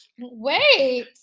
wait